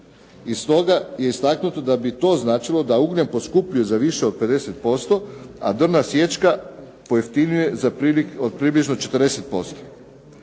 I stoga je istaknuto da bi to značilo da ugljen poskupljuje za više od 50%, a drvna siječka pojeftinjuje za približno 40%.